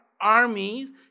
armies